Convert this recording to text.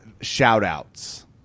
shout-outs